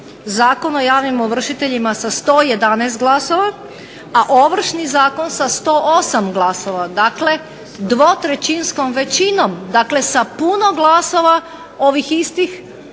Zakon o javnim ovršiteljima sa 111 glasova, a Ovršni zakon sa 108 glasova. Dakle dvotrećinskom većinom dakle sa puno glasova ovih istih